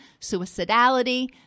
suicidality